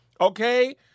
Okay